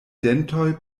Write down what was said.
dentoj